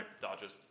dodges